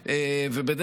וכו'.